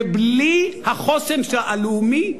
בלי החוסן הלאומי,